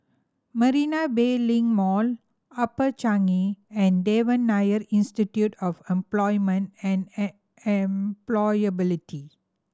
Marina Bay Link Mall Upper Changi and Devan Nair Institute of Employment and Employability